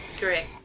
Correct